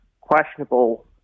questionable